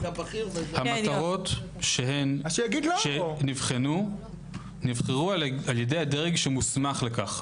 המטרות שנבחנו נבחרו על ידי הדרג שמוסמך לכך.